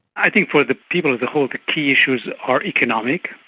i think for the people as a whole the key issues are economic.